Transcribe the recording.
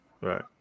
right